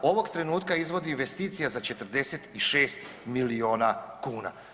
Ovog trenutka izvodi investicije za 46 milijuna kuna.